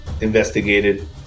investigated